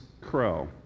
crow